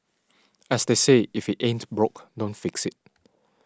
as they say if it ain't broke don't fix it